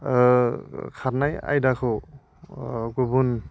खारनाय आयदाखौ गुबुन